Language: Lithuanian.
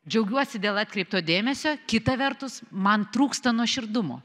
džiaugiuosi dėl atkreipto dėmesio kita vertus man trūksta nuoširdumo